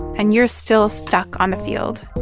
and you're still stuck on the field